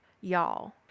y'all